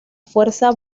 fuerza